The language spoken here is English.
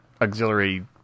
auxiliary